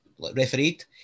refereed